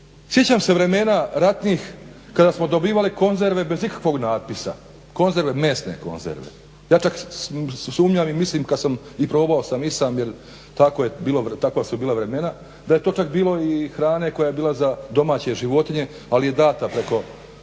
Sjećam se vremena ratnih kada smo dobivali konzerve bez ikakvog natpisa, mesne konzerve. Ja čak sumnjam i mislim kad sam i probao sam i sam jer takva su bila vremena, da je to čak bilo i hrane koja je bila za domaće životinje ali je dana preko,